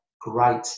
great